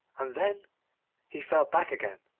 and then he fell back again,